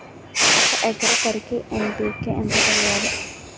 ఒక ఎకర వరికి ఎన్.పి కే ఎంత వేయాలి?